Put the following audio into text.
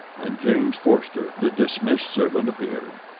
and james forster, the dismissed servant, appeared.